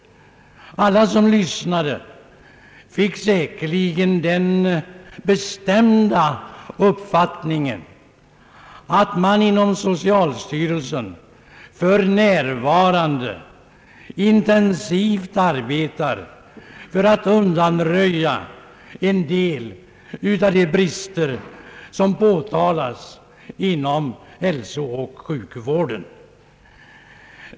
Alla som lyssnade till honom fick säkerligen den bestämda uppfattningen att man inom socialstyrelsen för närvarande intensivt arbetar på att undanröja en del av de brister som påtalats inom hälsooch sjukvården.